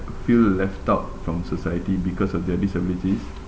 feel left out from society because of their disabilities